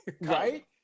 Right